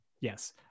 Yes